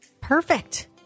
Perfect